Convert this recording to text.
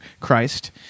Christ